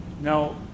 now